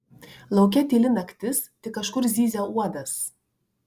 lauke tyli naktis tik kažkur zyzia uodas